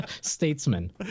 statesman